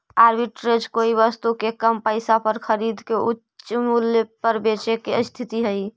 arbitrage कोई वस्तु के कम पईसा पर खरीद के उच्च मूल्य पर बेचे के स्थिति हई